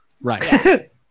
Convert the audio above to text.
Right